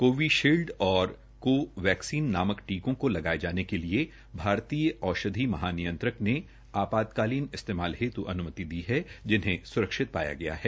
Covid शीलड और कोवैक्सीन नामक टीकों को लगाये जाने के लिए भारतीय औषधि महानियंत्रक ने आपातकालीन इस्तेमाल हेतु अनुमति दी है जिन्हें स्रक्षित पाया गया है